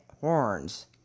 horns